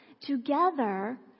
together